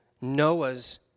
Noah's